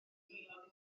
heulog